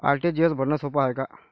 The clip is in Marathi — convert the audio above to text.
आर.टी.जी.एस भरनं सोप हाय का?